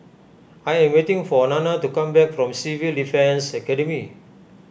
I am waiting for Nanna to come back from Civil Defence Academy